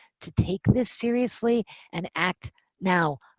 to take this seriously and act now.